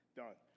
done